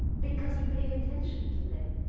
because he paid attention to them.